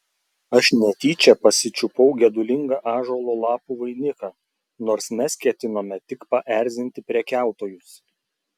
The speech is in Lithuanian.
aš netyčia pasičiupau gedulingą ąžuolo lapų vainiką nors mes ketinome tik paerzinti prekiautojus